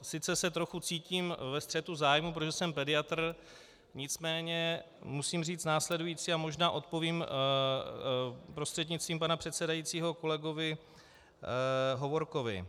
Sice se trochu cítím ve střetu zájmů, protože jsem pediatr, nicméně musím říct následující, a možná odpovím prostřednictvím pana předsedajícího kolegovi Hovorkovi.